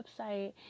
website